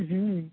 हुँ